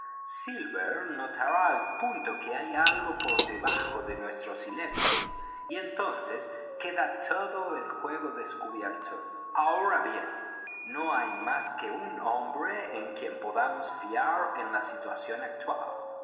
silver notará al punto que hay algo por debajo de nuestro silencio y entonces queda todo el juego descubierto ahora bien no hay más que un hombre en quien podamos fiar en la situación actual